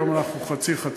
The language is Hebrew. היום אנחנו חצי-חצי.